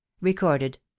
Recorded